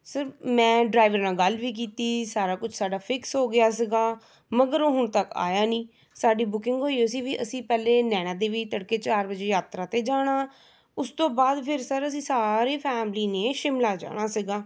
sir ਮੈਂ driver ਨਾਲ ਗੱਲ ਵੀ ਕੀਤੀ ਸਾਰਾ ਕੁਝ ਸਾਡਾ ਫਿਕਸ ਹੋ ਗਿਆ ਸੀਗਾ ਮਗਰ ਉਹ ਹੁਣ ਤੱਕ ਆਇਆ ਨਹੀਂ ਸਾਡੀ ਬੁਕਿੰਗ ਹੋਈ ਹੋਈ ਸੀ ਵੀ ਅਸੀਂ ਪਹਿਲੇ ਨੈਣਾ ਦੇਵੀ ਤੜਕੇ ਚਾਰ ਵਜੇ ਯਾਤਰਾ 'ਤੇ ਜਾਣਾ ਉਸ ਤੋਂ ਬਾਅਦ ਫਿਰ ਸਰ ਅਸੀਂ ਸਾਰੀ ਫੈਮਿਲੀ ਨੇ ਸ਼ਿਮਲਾ ਜਾਣਾ ਸੀਗਾ